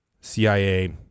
CIA